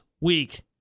week